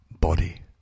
body